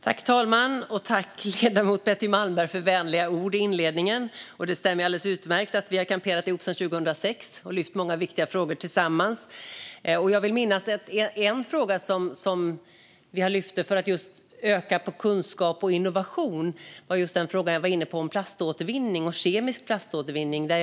Herr talman! Jag tackar ledamoten Betty Malmberg för de vänliga orden i inledningen. Det stämmer alldeles utmärkt att vi har kamperat ihop sedan 2006 och lyft fram många viktiga frågor tillsammans. Jag vill minnas att en fråga som vi lyfte fram för att öka kunskapen och innovationen var plaståtervinning och kemisk plaståtervinning, som jag också var inne på i mitt huvudanförande.